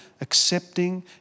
accepting